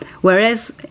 whereas